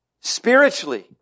Spiritually